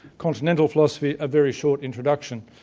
continental philosophy, a very short introduction,